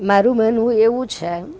મારું માનવું એવું છે